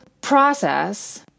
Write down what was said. process